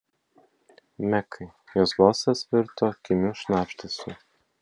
mekai jos balsas virto kimiu šnabždesiu